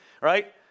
right